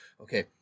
okay